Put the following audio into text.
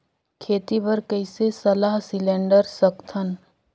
खेती बर कइसे सलाह सिलेंडर सकथन?